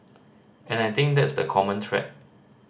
and I think that's the common thread